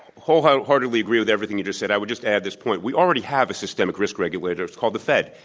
wholeheartedly agree with everything you just said, i would just add this point, we already have a systemic risk regulator, it's called the fed.